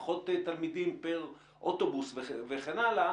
בפחות תלמידים פר אוטובוס וכן הלאה,